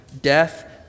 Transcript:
death